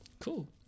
cool